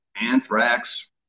anthrax